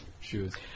shoes